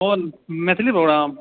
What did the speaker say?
कौन मैथिली प्रोग्राम